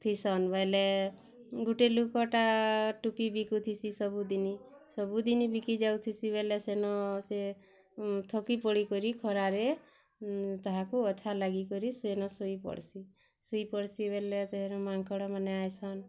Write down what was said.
ଥିସନ୍ ବଇଲେ ଗୁଟେ ଲୁକଟା ଟୁପି ବିକୁଥିସି ସବୁ ଦିନି ସବୁଦିନି ବିକି ଯାଇଥୁସି ବୋଲେ ସେନ ସେ ଥକିପଡ଼ିକରି ଖରାରେ ତାହାକୁ ଲାଗିକରି ସେନ ଶୋଇପଡ଼୍ସି ଶୋଇପଡ଼୍ସି ବୋଲେ ମାଙ୍କଡ଼ମାନେ ଆଇସନ୍